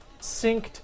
synced